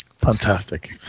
fantastic